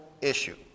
issue